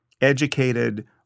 educated